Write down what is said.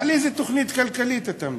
על איזו תוכנית כלכלית אתה מדבר?